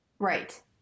Right